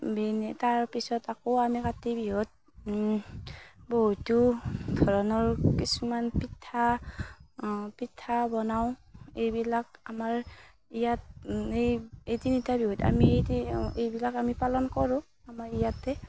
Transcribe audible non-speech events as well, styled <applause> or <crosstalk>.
<unintelligible> তাৰ পিছত আকৌ আমি কাতি বিহুত বহুতো ধৰণৰ কিছুমান পিঠা পিঠা বনাওঁ এইবিলাক আমাৰ ইয়াত এই এই তিনিটা বিহুত এইবিলাক আমি পালন কৰোঁ আমাৰ ইয়াতে